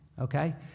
okay